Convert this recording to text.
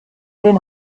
den